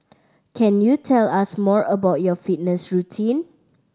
can you tell us more about your fitness routine